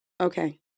Okay